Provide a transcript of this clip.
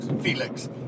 Felix